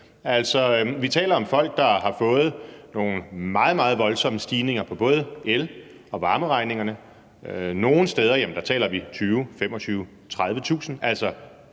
Vi taler om folk, der har fået nogle meget, meget voldsomme stigninger på både el- og varmeregningerne. Nogle steder taler vi om 20.000 kr., 25.000